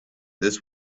this